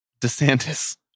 DeSantis